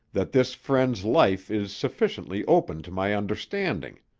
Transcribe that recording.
that this friend's life is sufficiently open to my understanding.